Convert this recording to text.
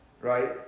right